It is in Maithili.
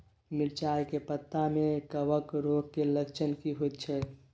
मिर्चाय के पत्ता में कवक रोग के लक्षण की होयत छै?